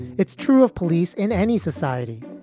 it's true of police in any society.